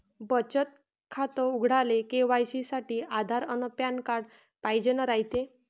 बचत खातं उघडाले के.वाय.सी साठी आधार अन पॅन कार्ड पाइजेन रायते